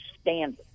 standard